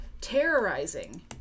terrorizing